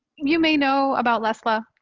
you may know about leslla.